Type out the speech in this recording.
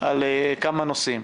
על כמה נושאים.